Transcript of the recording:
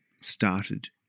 started